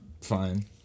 Fine